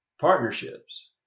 partnerships